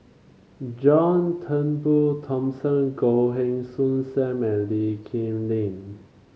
John Turnbull Thomson Goh Heng Soon Sam and Lee Kip Lin